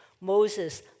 Moses